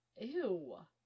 Ew